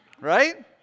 Right